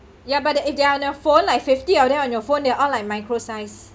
ya but they are on the phone like fifty of them on your phone they're all like micro size